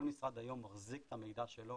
כל משרד היום מחזיק את המידע שלו,